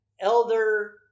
elder